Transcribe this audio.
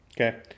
Okay